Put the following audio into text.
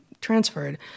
transferred